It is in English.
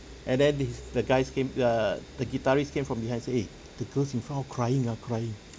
and then his the guys came err the guitarist came from behind say eh the girls in front all crying ah crying